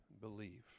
believe